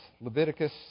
Leviticus